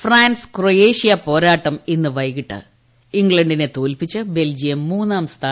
France Croatia പോരാട്ടം ഇന്ന് വൈകിട്ട് ഇംഗ്ലണ്ടിനെ തോൽപിച്ച് ബെൽജിയം മൂന്നാം സ്ഥാനം നേടി